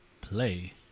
play